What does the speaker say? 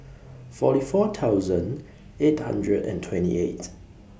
forty four thousand eight hundred and twenty eight